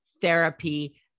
Therapy